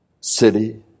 city